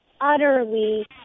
utterly